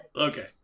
Okay